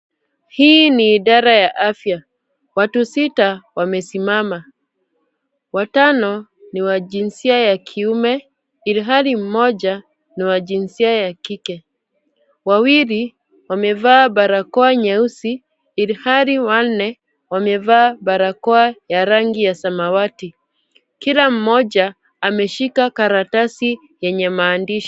Hii ni idara ya afya. Watu sita wamesimama. Watano ni wa jinsia ya kiume ilhali moja ni wa jinsia ya kike. Wawili wamevaa barakoa nyeusi ilhali wanne wamevaa barakoa ya rangi ya samawati. Kila moja ameshika karatasi yenye maandishi.